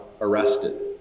arrested